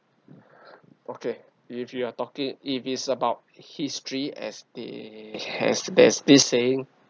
okay if you are talking if it's about history as this has this there's this saying